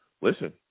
listen